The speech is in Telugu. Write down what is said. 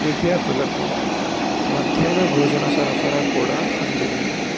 విద్యార్థులకు మధ్యాహ్న భోజన సరఫరా కూడా అందింది